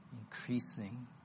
increasing